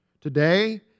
Today